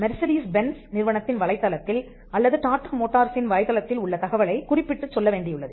Mercedes Benz நிறுவனத்தின் வலைத்தளத்தில் அல்லது டாடா மோட்டார்ஸின் வலைதளத்தில் உள்ள தகவலைக் குறிப்பிட்டுச் சொல்ல வேண்டியுள்ளது